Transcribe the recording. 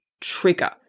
trigger